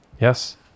yes